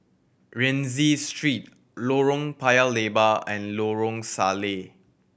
Rienzi Street Lorong Paya Lebar and Lorong Salleh